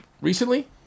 recently